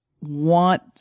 want